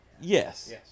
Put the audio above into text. Yes